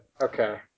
Okay